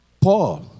Paul